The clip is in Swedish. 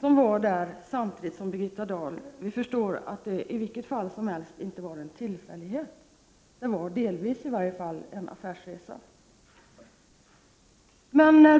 som råkade vara där samtidigt som Birgitta Dahl. Vi förstår att det i vilket fall som helst inte var en ren tillfällighet. Det var i varje fall delvis en affärsresa.